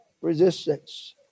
Resistance